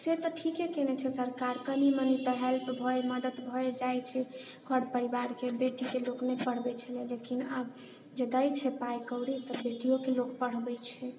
से तऽ ठीके केने छै सरकार कनी मनी तऽ हेल्प भैए मदद भैए जाइ छै घर परिवारके बेटीके लोक नहि पढ़बै छलै लेकिन आब जे दै छै पाइ कौड़ी तऽ बेटिओके लोक पढ़बै छै